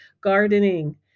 Gardening